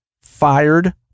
Fired